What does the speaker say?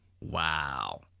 Wow